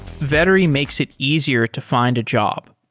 vettery makes it easier to find a job.